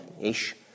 ish